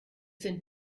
sind